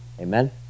Amen